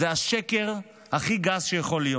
זה השקר הכי גס שיכול להיות.